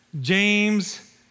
James